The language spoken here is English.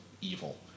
evil